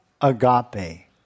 agape